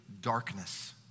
darkness